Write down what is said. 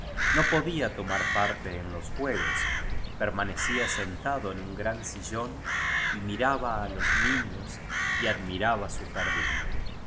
no podía tomar parte en los juegos permanecía sentado en un gran sillón y miraba á los niños y admi raba su jardín